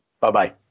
Bye-bye